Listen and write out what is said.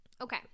Okay